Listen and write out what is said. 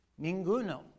Ninguno